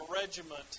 regiment